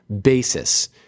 basis